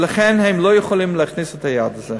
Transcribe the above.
ולכן הם לא יכולים להכניס את היד לזה.